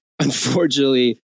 unfortunately